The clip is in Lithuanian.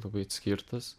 labai atskirtas